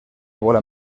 bola